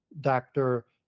doctor